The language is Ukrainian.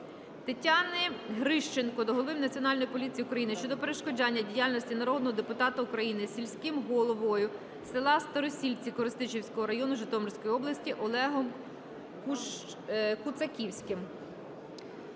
Тетяни Грищенко до Голови Національної поліції України щодо перешкоджання діяльності народного депутата України сільським головою села Старосільці Коростишівського району Житомирської області Олегом Куцаківським.